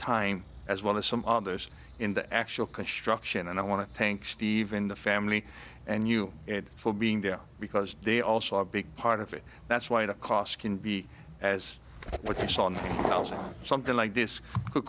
time as well as some others in the actual construction and i want to thank steve in the family and you for being there because they also a big part of it that's why the cost can be as what you saw on something like this